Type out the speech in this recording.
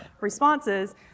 responses